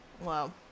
Wow